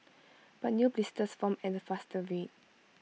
but new blisters formed at A faster rate